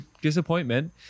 disappointment